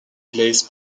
glass